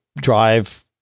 drive